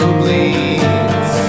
bleeds